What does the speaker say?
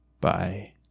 Bye